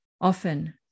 often